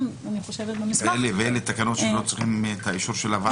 --- אלה תקנות שלא זקוקות לאישור הוועדה.